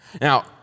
Now